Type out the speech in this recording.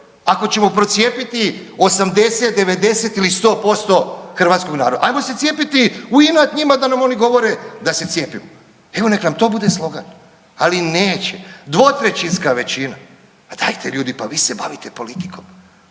ako ćemo procijepiti 80-90 ili 100% hrvatskog naroda. Ajmo se cijepiti u inat njima da nam oni govore da se cijepimo, evo nek nam to bude slogan, ali neće. Dvotrećinska većina, pa dajte ljudi, pa vi se bavite politikom.